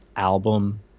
album